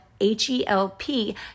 H-E-L-P